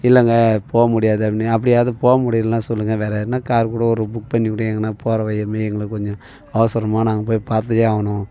இல்லைங்க போக முடியாது அப்படின்னு அப்படியா அது போக முடியலன்னா சொல்லுங்கள் வேறு எதுனா கார் கூட ஒரு புக் பண்ணிக்கூட எங்கேனா போகிற வழி அப்படியே எங்களை கொஞ்சம் அவசரமாக நாங்கள் போய் பார்த்தே ஆகணும்